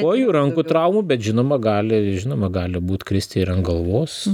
kojų rankų traumų bet žinoma gali žinoma gali būti kristi ir ant galvos